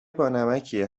بانمکیه